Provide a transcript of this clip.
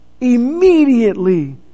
immediately